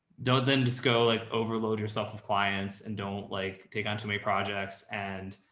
don't then just go like overload yourself with clients and don't like take on too many projects and,